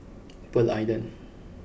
Pearl Island